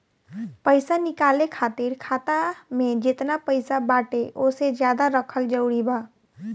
पईसा निकाले खातिर खाता मे जेतना पईसा बाटे ओसे ज्यादा रखल जरूरी बा?